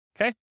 okay